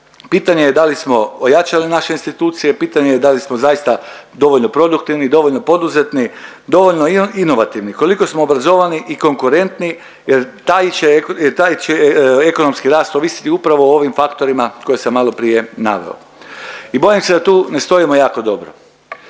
pitanje je da li smo ojačali naše institucije, pitanje je da li smo zaista dovoljno produktivni, dovoljno poduzetni, dovoljno inovativni. Koliko smo obrazovani i konkurentni jer taj će, taj će ekonomski rast ovisiti upravo o ovim faktorima koje sam maloprije naveo. I bojim se da tu ne stojimo jako dobro.